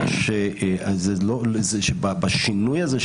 ובשינוי הזה,